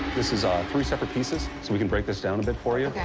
this is ah and three separate pieces, so we can break this down a bit for you.